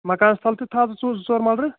مکانس تَل تہِ تھاو زٕ ژور زٕ ژور ملرٕ